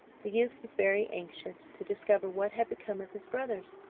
the youth was very anxious to discover what had become of his brothers,